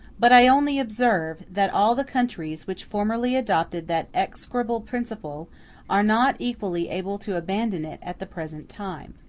but i only observe that all the countries which formerly adopted that execrable principle are not equally able to abandon it at the present time.